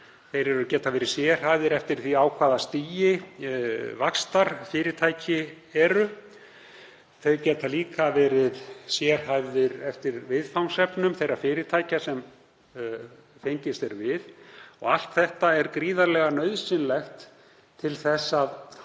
sérhæfðir, geta verið sérhæfðir eftir því á hvaða stigi vaxtar fyrirtækin eru. Þeir geta líka verið sérhæfðir eftir viðfangsefnum þeirra fyrirtækja sem fengist er við. Allt þetta er gríðarlega nauðsynlegt til þess að halda